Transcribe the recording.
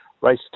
Race